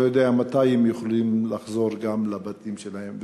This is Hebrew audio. לא יודע מתי הם יוכלו לחזור לבתים שלהם.